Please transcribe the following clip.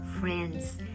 Friends